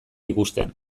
ikusten